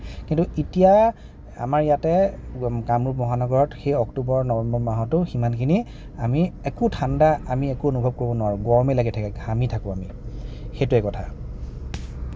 কিন্তু এতিয়া আমাৰ ইয়াতে কামৰূপ মহানগৰত সেই অক্টোবৰ নৱেম্বৰ মাহতো সিমানখিনি আমি একো ঠাণ্ডা আমি একো অনুভৱ কৰিব নোৱাৰোঁ গৰমে লাগি থাকে ঘামি থাকোঁ আমি সেইটোয়েই কথা